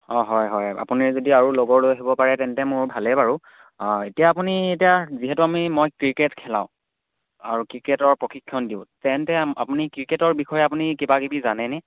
অঁ হয় হয় আপুনি যদি আৰু লগৰ লৈ আহিব পাৰে তেন্তে মোৰ ভালেই বাৰু এতিয়া আপুনি এতিয়া যিহেতু আমি মই ক্ৰিকেট খেলাওঁ আৰু ক্ৰিকেটৰ প্ৰশিক্ষণ দিওঁ তেন্তে আপুনি ক্ৰিকেটৰ বিষয়ে আপুনি কিবাাকিবি জানেনে